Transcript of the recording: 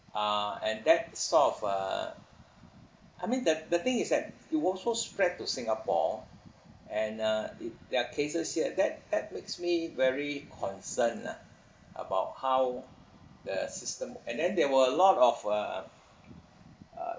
uh and that sort of uh I mean the the thing is that it also spread to singapore and uh it their cases here that that makes me very concern ah about how the system and then there were a lot of uh uh